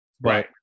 Right